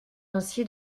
ainsi